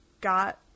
got